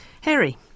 Harry